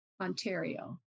Ontario